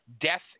death